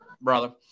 brother